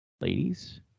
Ladies